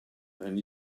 then